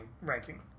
ranking